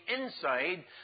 inside